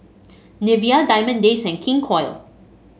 Nivea Diamond Days and King Koil